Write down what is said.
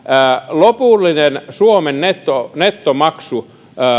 lopullinen suomen nettomaksu